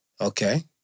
Okay